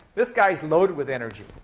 this guy's loaded with energy.